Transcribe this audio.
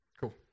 Cool